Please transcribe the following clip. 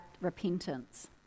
repentance